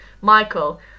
Michael